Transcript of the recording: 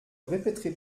répéterai